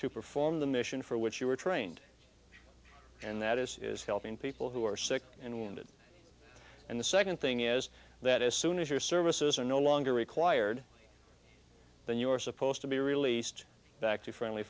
to perform the mission for which you were trained and that is helping people who are sick and wounded and the second thing is that as soon as your services are no longer required then you are supposed to be released back to friendly